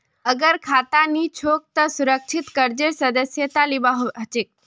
अगर खाता नी छोक त सुरक्षित कर्जेर सदस्यता लिबा हछेक